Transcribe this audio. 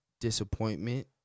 disappointment